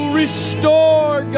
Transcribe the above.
restore